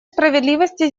справедливости